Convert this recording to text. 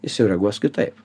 jis jau reaguos kitaip